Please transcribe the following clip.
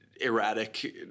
erratic